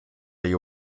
you